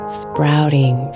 sprouting